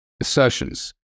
assertions